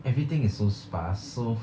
everything is so sparse so